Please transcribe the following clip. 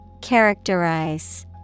Characterize